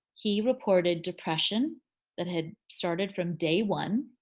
he reported depression that had started from day one.